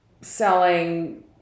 selling